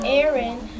Aaron